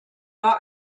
war